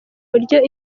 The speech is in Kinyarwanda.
buryo